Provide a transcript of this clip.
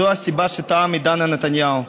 זו הסיבה שתם עידן נתניהו,